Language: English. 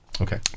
Okay